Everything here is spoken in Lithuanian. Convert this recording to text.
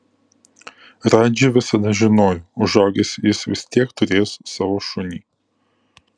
radži visada žinojo užaugęs jis vis tiek turės savo šunį